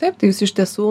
taip tai jūs iš tiesų